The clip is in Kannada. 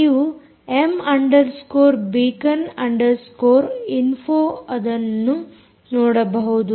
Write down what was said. ನೀವು M underscore beacon underscore info ಅನ್ನು ನೋಡಬಹುದು